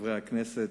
חברי הכנסת,